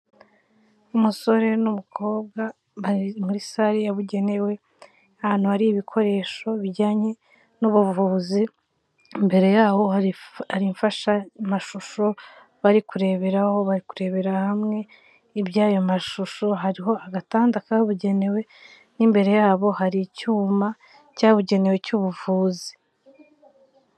Umusore n'umukobwa bari muri sare yabugenewe, ahantu hari ibikoresho bijyanye n'ubuvuzi imbere yaho imfashamashusho bari kureberaho bari kurebera hamwe iby'ayo mashusho, hariho agatanda kabugenewe n'imbere yabo hari icyuma cyabugenewe cy'ubuvuzi.